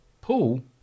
Paul